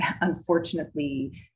unfortunately